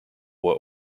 were